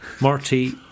Marty